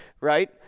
right